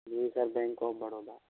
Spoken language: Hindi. ji sir bank of Baroda